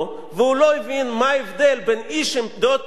והוא לא הבין מה ההבדל בין איש עם דעות פוליטיות,